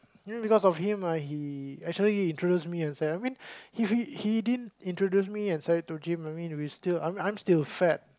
you know because of him ah he actually introduced and Zaid I mean he he didn't introduce me and Zaid to gym I mean we still I mean I'm still fat